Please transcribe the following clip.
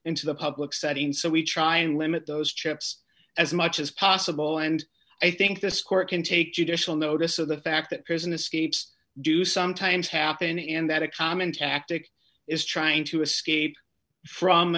into the public setting so we try and limit those trips as much as possible and i think this court can take judicial notice of the fact that prison escapes do sometimes happen and that a common tactic is trying to escape from